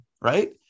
right